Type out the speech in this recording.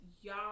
y'all